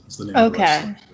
Okay